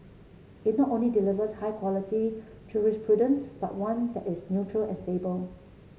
it not only delivers high quality jurisprudence but one that is neutral and stable